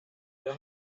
your